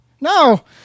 No